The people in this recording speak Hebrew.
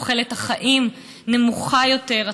תוחלת החיים נמוכה יותר,